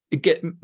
get